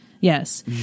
Yes